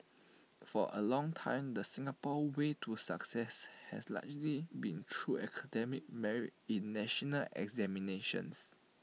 for A long time the Singapore way to success has largely been through academic merit in national examinations